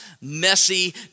messy